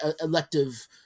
elective